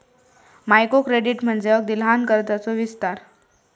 micro credit म्हणजे अगदी लहान कर्जाचो विस्तार